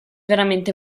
veramente